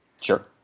Sure